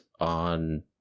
on